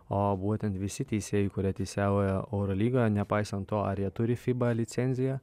o būtent visi teisėjai kurie teisėjauja eurolygoje nepaisant to ar jie turi fiba licenciją